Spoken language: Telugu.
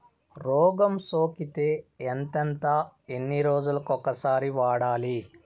రోగం సోకితే ఎంతెంత ఎన్ని రోజులు కొక సారి వాడాలి?